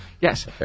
Yes